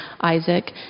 Isaac